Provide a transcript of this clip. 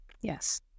Yes